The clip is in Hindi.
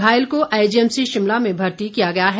घायल को आईजीएमसी शिमला में मर्ती किया गया है